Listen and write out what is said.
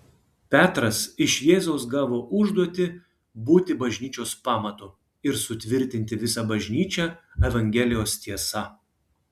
petras iš jėzaus gavo užduotį būti bažnyčios pamatu ir sutvirtinti visą bažnyčią evangelijos tiesa